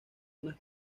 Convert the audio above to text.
unas